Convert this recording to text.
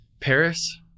paris